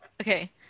Okay